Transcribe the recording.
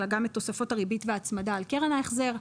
אלא גם את תוספות הריבית וההצמדה על קרן ההחזר,